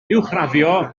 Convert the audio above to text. uwchraddio